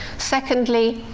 secondly,